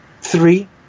three